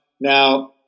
Now